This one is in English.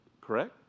correct